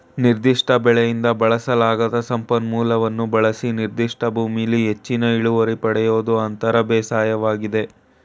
ನಿರ್ದಿಷ್ಟ ಬೆಳೆಯಿಂದ ಬಳಸಲಾಗದ ಸಂಪನ್ಮೂಲವನ್ನು ಬಳಸಿ ನಿರ್ದಿಷ್ಟ ಭೂಮಿಲಿ ಹೆಚ್ಚಿನ ಇಳುವರಿ ಪಡಿಯೋದು ಅಂತರ ಬೇಸಾಯವಾಗಿದೆ